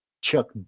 Chuck